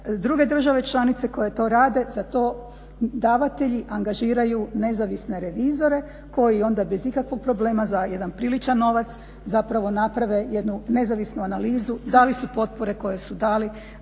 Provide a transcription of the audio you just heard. druge države članice koje to rade, za to davatelji angažiraju nezavisne revizore koji onda bez ikakvog problema za jedan priličan novac zapravo naprave jednu nezavisnu analizu, dali su potpore koji su dali,